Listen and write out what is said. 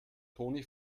toni